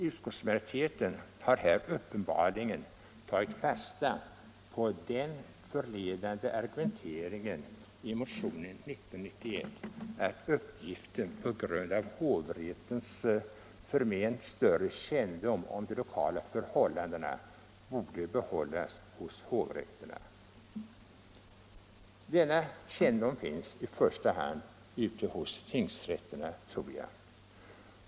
Utskottsmajoriteten har här uppenbarligen tagit fasta på den förledande argumenteringen i motionen 1991 att uppgiften på grund av hovrätternas förment större kännedom om de lokala förhållandena borde behållas hos hovrätterna. Denna kännedom finns i första hand hos tingsrätterna själva.